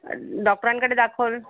डॉक्टरांकडे दाखवलं